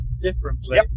differently